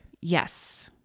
Yes